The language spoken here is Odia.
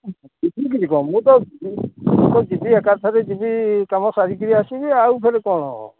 ଯିବି ଫେରେ କ'ଣ ମୁଁ ତ ଯିବି ଏକାଥରେ ଯିବି କାମ ସାରି କରି ଆସିବି ଆଉ ଫେରେ କ'ଣ ହେବ